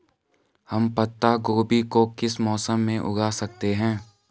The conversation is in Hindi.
हम पत्ता गोभी को किस मौसम में उगा सकते हैं?